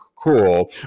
Cool